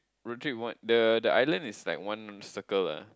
road trip one the the island is like one circle ah